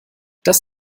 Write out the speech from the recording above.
das